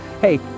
Hey